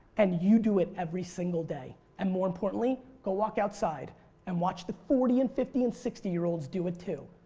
and you do it every single day. and more importantly go walk outside and watch the forty and fifty and sixty year olds do it too.